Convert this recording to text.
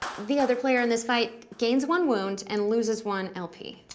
the other player in this fight gains one wound and loses one lp.